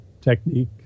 technique